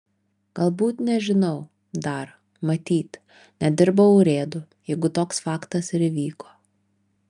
galbūt nežinau dar matyt nedirbau urėdu jeigu toks faktas ir įvyko